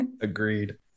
Agreed